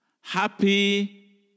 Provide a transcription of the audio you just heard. happy